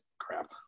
crap